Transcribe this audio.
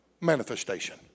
manifestation